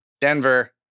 Denver